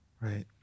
right